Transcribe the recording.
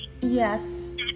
yes